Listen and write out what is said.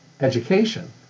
Education